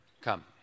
Come